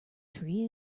tree